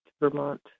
Vermont